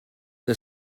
que